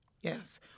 Yes